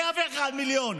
101 מיליון,